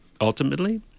Ultimately